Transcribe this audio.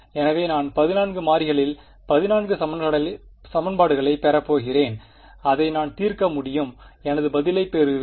எனவே நான் 14 மாறிகளில் 14 சமன்பாடுகளைப் பெறப் போகிறேன் அதை நான் தீர்க்க முடியும் எனது பதிலைப் பெறுவேன்